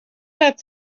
that